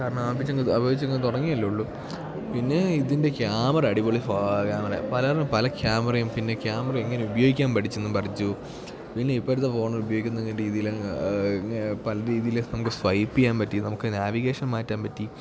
കാരണം ആവശ്യങ്ങൾ തുടങ്ങിയല്ലേയുള്ളൂ പിന്നെ ഇതിൻ്റെ ക്യാമറ അടിപൊളി ക്യാമറയാണ് പലതും പല ക്യാമറയും പിന്നെ ക്യാമറ എങ്ങനെ ഉപയോഗിക്കാൻ പഠിച്ചെന്നും പഠിച്ചു പിന്നെ ഇപ്പോഴത്തെ ഫോൺ ഉപയോഗിക്കുന്ന രീതിയിൽ പല രീതിയിൽ നമുക്ക് സ്വയിപ്പ് ചെയ്യാൻ പറ്റി നമുക്ക് നാവിഗേഷൻ മാറ്റാൻ പറ്റി